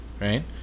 right